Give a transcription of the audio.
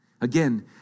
Again